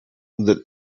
that